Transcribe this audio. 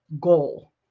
goal